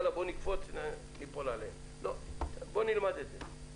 בוא ניפול עליהם", לא, בואו נלמד את זה.